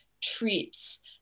treats